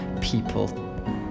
people